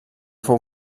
fou